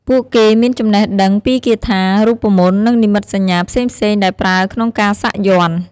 ពួកគេមានចំណេះដឹងពីគាថា រូបមន្ត និងនិមិត្តសញ្ញាផ្សេងៗដែលប្រើក្នុងការសាក់យ័ន្ត។